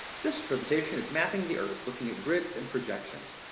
this presentation is mapping the earth, looking at grids and projections.